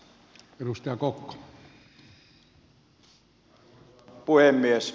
arvoisa puhemies